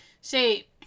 See-